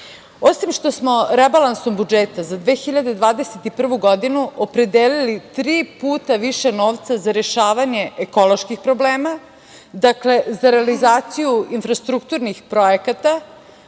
radi. Osim što smo rebalansom budžeta za 2021. godinu opredelili tri puta više novca za rešavanje ekoloških problema, dakle, za realizaciju infrastrukturnih projekata